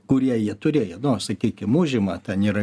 kurie jie turėjo no sakykim užima ten yra